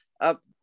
up